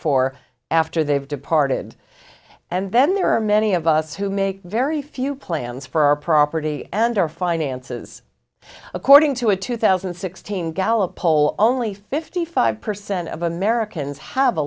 for after they've departed and then there are many of us who make very few plans for our property and our finances according to a two thousand and sixteen gallup poll only fifty five percent of americans have a